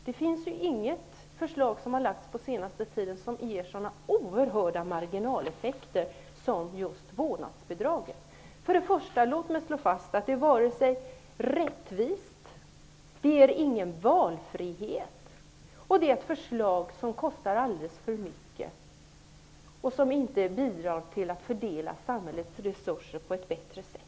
Det finns inget annat förslag som har lagts fram på senare tid som ger så oerhörda marginaleffekter som just vårdnadsbidraget. För det första vill jag slå fast att det varken är ett rättvist förslag eller ett förslag som ger valfrihet. För det andra kostar det alldeles för mycket och bidrar inte till att fördela samhällets resurser på ett bättre sätt.